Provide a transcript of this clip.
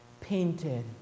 painted